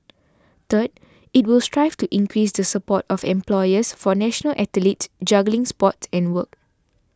third it will strive to increase the support of employers for national athletes juggling sports and work